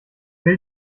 will